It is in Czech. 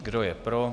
Kdo je pro?